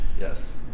yes